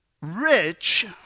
rich